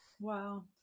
Wow